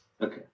Okay